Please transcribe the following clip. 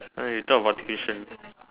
eh you talk about tuition